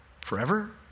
forever